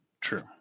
True